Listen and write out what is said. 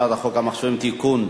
הצעת חוק המחשבים (תיקון),